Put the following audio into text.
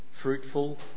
fruitful